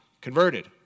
converted